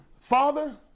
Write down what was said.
Father